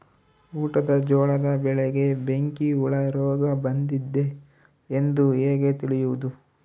ಊಟದ ಜೋಳದ ಬೆಳೆಗೆ ಬೆಂಕಿ ಹುಳ ರೋಗ ಬಂದಿದೆ ಎಂದು ಹೇಗೆ ತಿಳಿಯುವುದು?